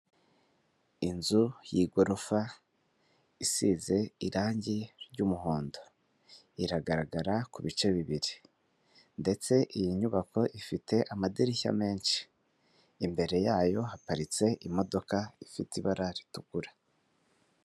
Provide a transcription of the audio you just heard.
inzu y'igorofa isize irange ry'umuhondo iragaragara ku bice bibiri ndetse iyi nyubako ifite amadirishya menshi, imbere yayo haparitse imodoka ifite ibara ritukura.